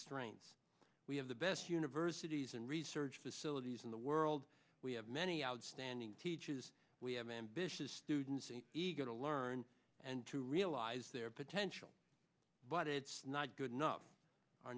strengths we have the best universities and research facilities in the world we have many outstanding teaches i'm ambitious students and eager to learn and to realize their potential but it's not good enough our